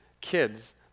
kids